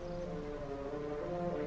or